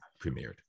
premiered